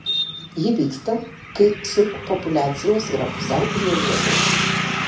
ji vyksta kai subpopuliacijos yra pusiau izoliuotos